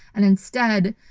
and instead,